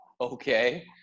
okay